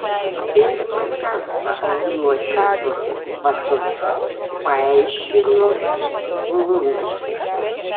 pirmą kartą aunuosi tokius batus paaiškino brunas